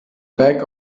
bag